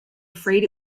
afraid